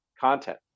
content